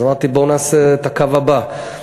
אז אמרתי: בואו נעשה את הקו הבא,